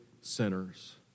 sinners